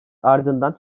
ardından